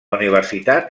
universitat